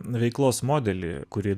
veiklos modelį kurį